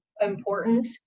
important